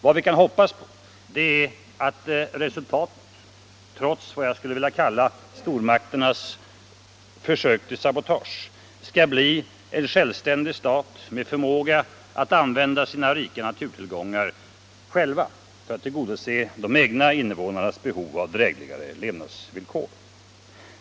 Vad vi kan hoppas är att resultatet, trots stormakters försök till sabotage, skall bli en självständig stat med förmåga att använda de rika naturtillgångarna för att tillgodose de egna invånarnas behov av drägligare levnadsvillkor.